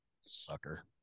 sucker